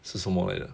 是什什么来的